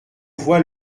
voix